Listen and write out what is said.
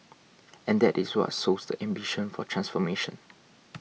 and that is what sows the ambition for transformation